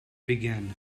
began